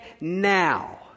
now